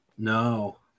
no